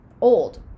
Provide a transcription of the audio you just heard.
old